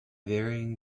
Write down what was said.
varying